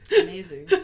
Amazing